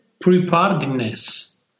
preparedness